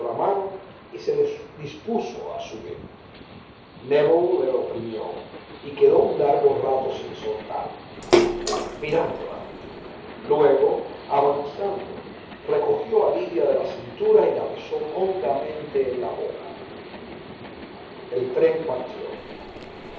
mano y se dispuso a subir nébel la oprimió y quedó un largo rato sin soltarla mirándola luego avanzando recogió a lidia de la cintura y la besó hondamente en la boca el tren partió